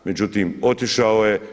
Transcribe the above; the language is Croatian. Međutim, otišao je.